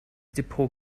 depot